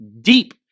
deep